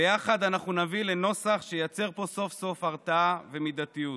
ביחד אנחנו נביא לנוסח שייצר פה סוף-סוף הרתעה ומידתיות.